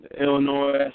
Illinois